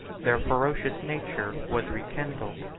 their ferocious nature was rekindled,